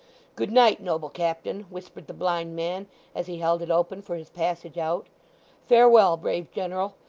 good night, noble captain whispered the blind man as he held it open for his passage out farewell, brave general.